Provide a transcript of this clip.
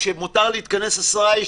כשמותר להתכנס 10 איש,